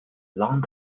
long